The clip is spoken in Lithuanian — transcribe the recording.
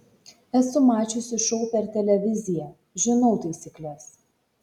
esu mačiusi šou per televiziją žinau taisykles